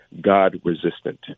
God-resistant